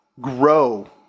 grow